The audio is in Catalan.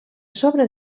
sobre